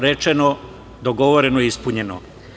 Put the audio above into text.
Rečeno, dogovoreno, ispunjeno.